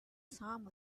some